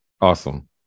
Awesome